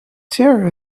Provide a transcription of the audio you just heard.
tear